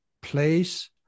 place